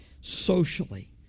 socially